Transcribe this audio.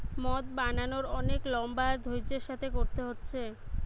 মদ বানানার অনেক লম্বা আর ধৈর্য্যের সাথে কোরতে হচ্ছে